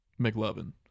McLovin